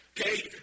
Okay